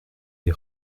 des